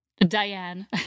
Diane